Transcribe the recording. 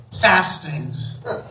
Fasting